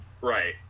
Right